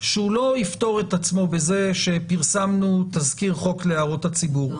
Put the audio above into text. שהוא לא יפתור את עצמו בזה ש"פרסמנו תזכיר חוק להערות הציבור".